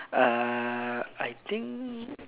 uh I think